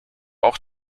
auch